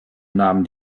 namen